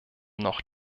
noch